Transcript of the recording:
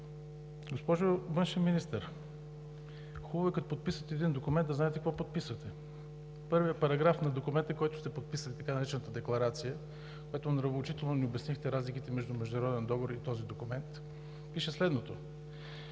Госпожо Външен министър, хубаво е, като подписвате един документ, да знаете какво подписвате. Първият параграф на документа, който сте подписали – така наречената декларация, където нравоучително ни обяснихте разликите между международен договор и този документ, пише следното: